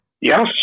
Yes